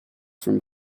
from